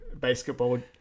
basketball